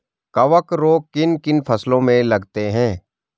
कवक रोग किन किन फसलों में लगते हैं?